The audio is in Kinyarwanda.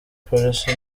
polisi